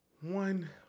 one